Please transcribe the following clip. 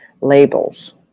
labels